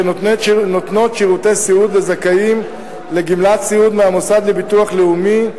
שנותנות שירותי סיעוד לזכאים לגמלת סיעוד מהמוסד לביטוח לאומי,